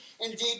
indeed